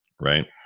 Right